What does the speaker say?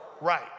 Right